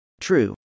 True